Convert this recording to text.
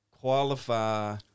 qualify